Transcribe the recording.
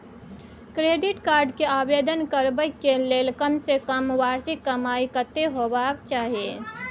Credit card के आवेदन करबैक के लेल कम से कम वार्षिक कमाई कत्ते होबाक चाही?